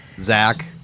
Zach